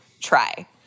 try